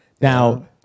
Now